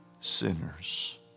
sinners